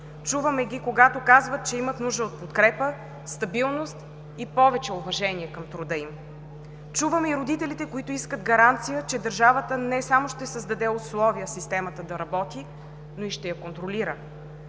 чуваме ги, когато казват, че имат нужда от подкрепа, стабилност и повече уважение към труда им. Чуваме и родителите, които искат гаранция, че държавата не само ще създаде условия системата да работи, но и ще я контролира